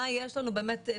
במיוחד,